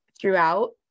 throughout